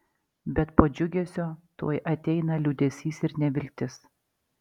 bet po džiugesio tuoj ateina liūdesys ir neviltis